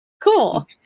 cool